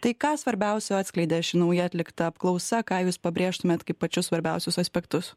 tai ką svarbiausio atskleidė ši nauja atlikta apklausa ką jūs pabrėžtumėt kaip pačius svarbiausius aspektus